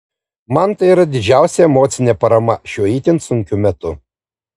man tai yra didžiausia emocinė parama šiuo itin sunkiu metu